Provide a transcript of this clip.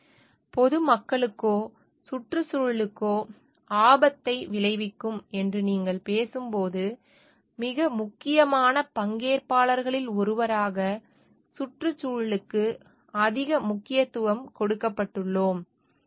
எனவே பொதுமக்களுக்கோ சுற்றுச்சூழலுக்கோ ஆபத்தை விளைவிக்கும் என்று நீங்கள் பேசும்போது மிக முக்கியமான பங்கேற்பாளர்களில் ஒருவராக சுற்றுச்சூழலுக்கு அதிக முக்கியத்துவம் கொடுக்கப்பட்டுள்ளோம்